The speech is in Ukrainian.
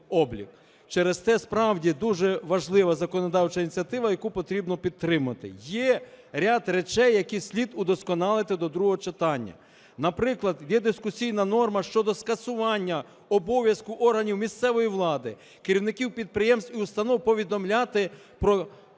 Через те, справді, дуже важлива законодавча ініціатива, яку потрібно підтримати. Є ряд речей, які слід удосконалити до другого читання. Наприклад, є дискусійна норма щодо скасування обов'язку органів місцевої влади, керівників підприємств і установ повідомляти про саме